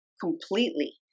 completely